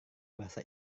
bahasa